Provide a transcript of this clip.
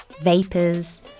vapors